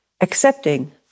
accepting